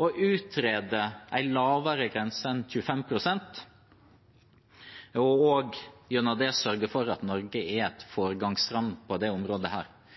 og utrede en lavere grense enn 25 pst., for gjennom det å sørge for at Norge er et foregangsland på dette området.